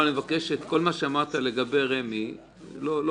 אני מבקש, כל מה שאמרת לגבי רמ"י לא מכובד.